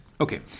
Okay